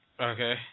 okay